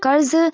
قرض